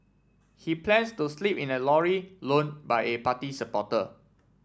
he plans to sleep in a lorry loan by a party supporter